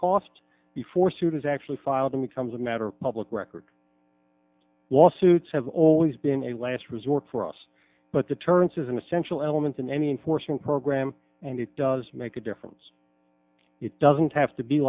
cost before students actually file them becomes a matter of public record lawsuits have always been a last resort for us but deterrence is an essential element in any enforcement program and it does make a difference it doesn't have to be